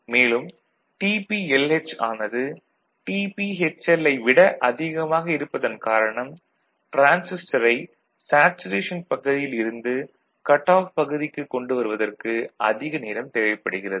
மேலும் tPLH ஆனது tPHL விட அதிகமாக இருப்பதன் காரணம் டிரான்சிஸ்டரை சேச்சுரேஷன் பகுதியில் இருந்து கட் ஆஃப் பகுதிக்குக் கொண்டு வருவதற்கு அதிக நேரம் தேவைப்படுகிறது